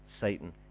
Satan